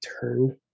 turned